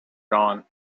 gone